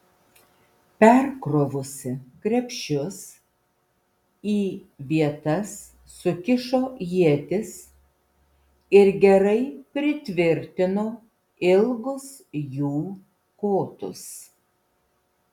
perkrovusi krepšius į vietas sukišo ietis ir gerai pritvirtino ilgus jų kotus